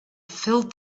filled